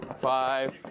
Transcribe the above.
Five